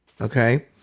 okay